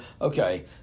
okay